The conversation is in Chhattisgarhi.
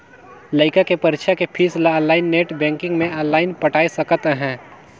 लइका के परीक्षा के पीस ल आनलाइन नेट बेंकिग मे आनलाइन पटाय सकत अहें